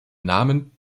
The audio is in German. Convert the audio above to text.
namen